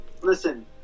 Listen